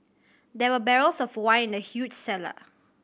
there were barrels of wine in the huge cellar